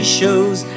shows